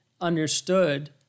understood